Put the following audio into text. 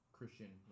Christian